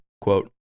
Quote